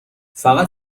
فقط